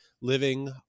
living